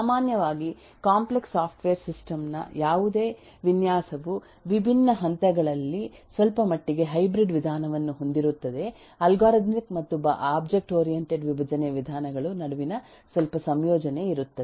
ಸಾಮಾನ್ಯವಾಗಿ complex software system ನ ಯಾವುದೇ ವಿನ್ಯಾಸವು ವಿಭಿನ್ನ ಹಂತಗಳಲ್ಲಿ ಸ್ವಲ್ಪಮಟ್ಟಿಗೆ ಹೈಬ್ರಿಡ್ ವಿಧಾನವನ್ನು ಹೊಂದಿರುತ್ತದೆ ಅಲ್ಗಾರಿದಮಿಕ್ ಮತ್ತು ಒಬ್ಜೆಕ್ಟ್ ಓರಿಯಂಟೆಡ್ ವಿಭಜನೆಯ ವಿಧಾನಗಳು ನಡುವಿನ ಸ್ವಲ್ಪ ಸಂಯೋಜನೆ ಇರುತ್ತದೆ